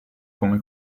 come